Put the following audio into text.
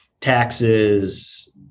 taxes